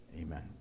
Amen